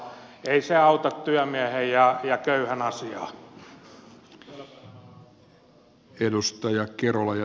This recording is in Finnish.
ei se auta työmiehen ja köyhän asiaa